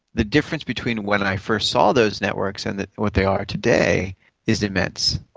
the difference between when i first saw those networks and what they are today is immense.